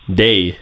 day